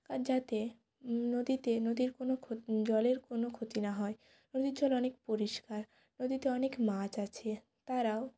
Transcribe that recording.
কা যাতে নদীতে নদীর কোনো ক্ষোত জলের কোনো ক্ষতি না হয় নদীর জল অনেক পরিষ্কার নদীতে অনেক মাছ আছে তারাও